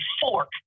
fork